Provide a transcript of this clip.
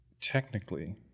Technically